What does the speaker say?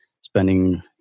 spending